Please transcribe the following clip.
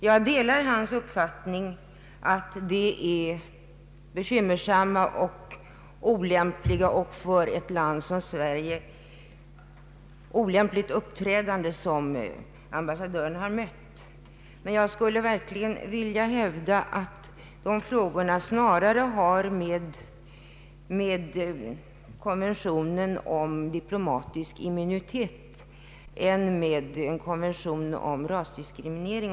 Jag delar hans uppfattning att det är ett i ett land som Sverige olämpligt uppträdande som ambassadören mött, men jag skulle verkligen vilja hävda att dessa frågor snarare har med konventionen om diplomatisk immunitet att göra än med en konvention om rasdiskriminering.